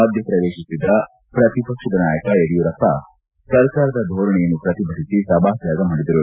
ಮಧ್ಯಪ್ರವೇಶಿಸಿದ ಪ್ರತಿಪಕ್ಷದ ನಾಯಕ ಯಡಿಯೂರಪ್ಪ ಸರ್ಕಾರದ ಧೋರಣೆಯನ್ನು ಪ್ರತಿಭಟಿಸಿ ಸಭಾತ್ಯಾಗ ಮಾಡಿದರು